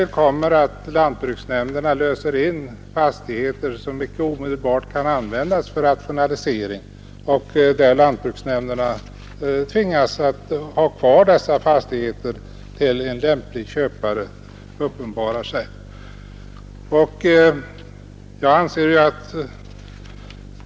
Lantbruksnämnderna löser in fastigheter som inte omedelbart kommer till användning för rationalisering och lantbruksnämnderna måste ha kvar dessa fastigheter tills en lämplig köpare uppenbarar sig.